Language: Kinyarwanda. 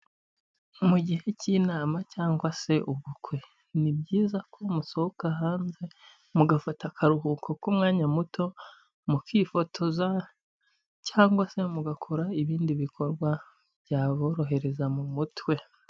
Mu gihe cy'inama cyangwa se ubukwe, ni byiza ko musohoka hanze mugafata akaruhuko k'umwanya muto, mukifotoza cyangwa se mugakora ibindi bikorwa byaborohereza mu mutwe.